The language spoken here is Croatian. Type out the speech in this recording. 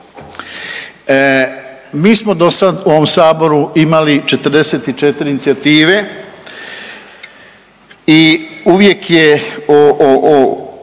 Mi smo do sad u ovom Saboru imali 44 inicijative i uvijek je